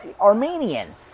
Armenian